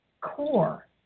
core